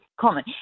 common